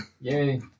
Yay